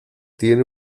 tiene